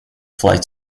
flight